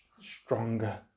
stronger